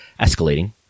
escalating